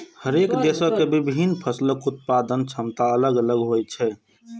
हरेक देशक के विभिन्न फसलक उत्पादन क्षमता अलग अलग होइ छै